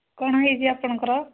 କ'ଣ ହୋଇଛି ଆପଣଙ୍କର